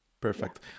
Perfect